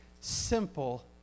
simple